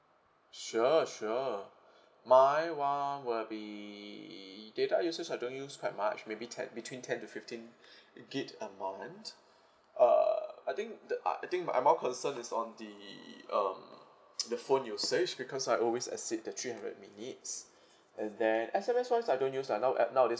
sure sure my [one] will be data usage I don't use quite much maybe ten between ten to fifteen gig a month uh I think the uh I think but I'm more concern is on the um the phone usage because I always exceed the three hundred minutes and then S_M_S wise I don't use ah now app nowadays